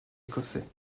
écossais